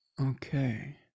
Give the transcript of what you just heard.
Okay